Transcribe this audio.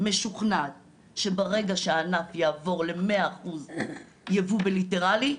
משוכנעת שברגע שהענף יעבור ל-100 אחוז ייבוא בליטרלי,